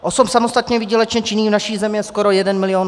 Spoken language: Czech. Osob samostatně výdělečně činných v naší zemí je skoro jeden milion.